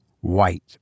white